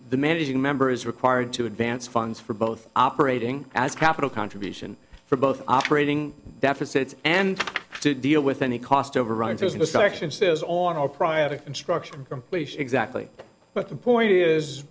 the managing member is required to advance funds for both operating as capital contribution for both operating deficits and to deal with any cost overruns business action says on or prior to construction completion exactly but the point is